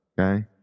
Okay